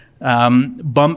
Bump